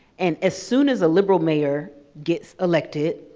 and as soon as a liberal mayor gets elected,